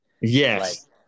yes